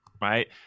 right